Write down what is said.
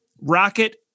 rocket